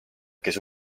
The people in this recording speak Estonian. kes